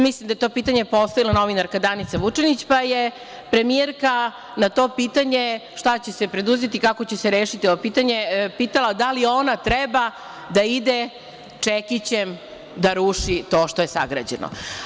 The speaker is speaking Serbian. Mislim da je to pitanje postavila novinarka Danica Vučinić, pa je premijerka na to pitanje, šta će se preduzeti, kako će se rešiti ovo pitanje, pitala da li ona treba da ide čekićem da ruši to što je sagrađeno.